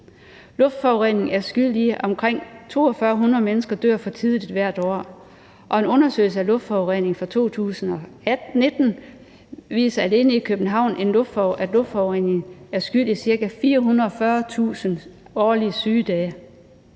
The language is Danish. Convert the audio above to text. Luftforureningen er skyld i, at omkring 4.200 mennesker dør for tidligt hvert år, og en undersøgelse af luftforureningen fra 2019 viser, at alene i København er luftforureningen skyld i ca. 440.000 årlige sygedage.